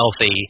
healthy